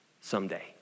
someday